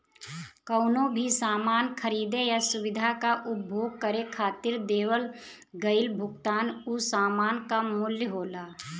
कउनो भी सामान खरीदे या सुविधा क उपभोग करे खातिर देवल गइल भुगतान उ सामान क मूल्य होला